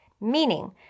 meaning